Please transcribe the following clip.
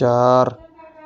چار